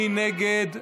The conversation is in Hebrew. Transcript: מי נגד?